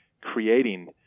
creating